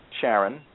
Sharon